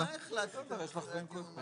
אם אלה הלומי הקרב ואם אלה